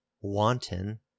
wanton